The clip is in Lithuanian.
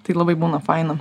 tai labai būna faina